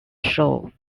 show